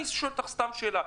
אני שואל אותך סתם שאלה,